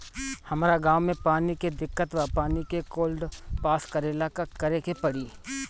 हमरा गॉव मे पानी के दिक्कत बा पानी के फोन्ड पास करेला का करे के पड़ी?